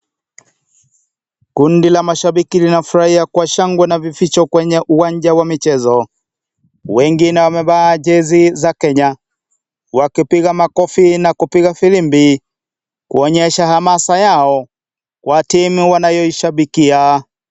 Kundi la mashabiki linafurahia kwa shangwe na vifijo kwenye uwanja wa michezo. Wengine wamevaa jezi za Kenya wakipiga makofi na kupiga virimbi kuonyesha hamasa yao kwa timu wanayoishabikia.